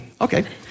okay